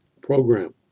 program